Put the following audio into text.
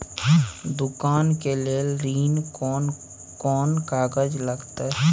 दुकान के लेल ऋण कोन कौन कागज लगतै?